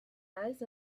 eyes